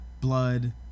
blood